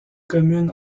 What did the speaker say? commune